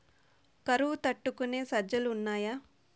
కరువు తట్టుకునే సజ్జలు ఉన్నాయా